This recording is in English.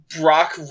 Brock